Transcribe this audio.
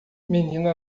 menina